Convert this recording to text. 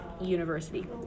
university